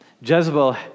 Jezebel